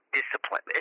discipline